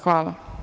Hvala.